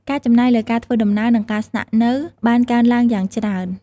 ការចំណាយលើការធ្វើដំណើរ និងការស្នាក់នៅបានកើនឡើងយ៉ាងច្រើន។